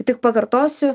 tik pakartosiu